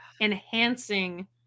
enhancing